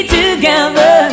together